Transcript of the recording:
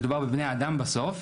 מדובר בבני אדם בסוף,